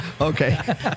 Okay